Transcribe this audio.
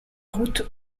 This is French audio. route